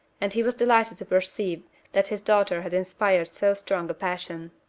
and he was delighted to perceive that his daughter had inspired so strong a passion.